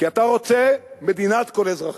כי אתה רוצה מדינת כל אזרחיה.